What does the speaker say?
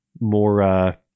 more